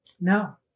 No